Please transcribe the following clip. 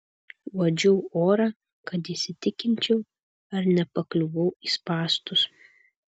uodžiau orą kad įsitikinčiau ar nepakliuvau į spąstus